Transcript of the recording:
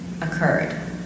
occurred